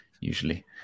usually